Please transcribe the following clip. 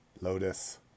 Lotus